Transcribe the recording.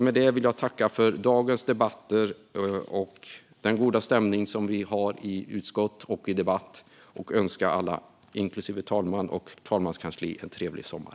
Med detta vill jag tacka för dagens debatter och den goda stämning som vi har i utskottet och i debatter. Jag vill önska alla, inklusive talmannen och talmanskansliet, en trevlig sommar.